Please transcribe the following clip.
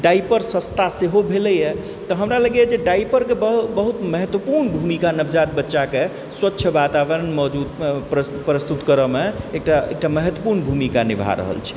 diaper सस्ता सेहो भेलैए तऽ हमरा लगैए जे डाइपरके सेहो बहुत महत्वपूर्ण भूमिका नवजात बच्चाकेँ स्वच्छ वातावरण मौजूद प्रस्तुत करैमे एकटा एकटा महत्वपूर्ण भूमिका निभा रहल छै कटा एकटा महत्वपुर्ण भुमिका निभा रहल छै